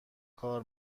کار